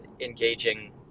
engaging